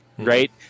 right